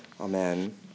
Amen